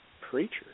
Preacher